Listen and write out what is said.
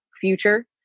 future